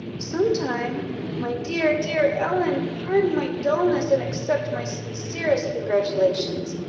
some time my dear, dear ellen, pardon my dulness, and accept my sincerest congratulations.